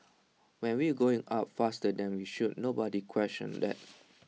when we were going up faster than we should nobody questioned that